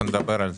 נדבר על זה.